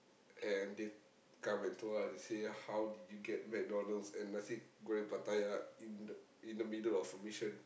and they come and told us to say how did you get McDonald's and nasi-goreng-Pattaya in the in the middle of a mission